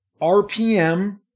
RPM